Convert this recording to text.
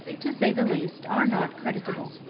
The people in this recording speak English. to say the least, are not creditable.